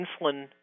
insulin